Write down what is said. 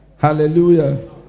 Hallelujah